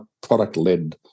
product-led